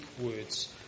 words